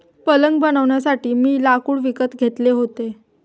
पलंग बनवण्यासाठी मी लाकूड विकत घेतले होते